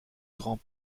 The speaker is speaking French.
grand